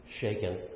shaken